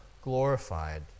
glorified